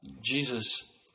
Jesus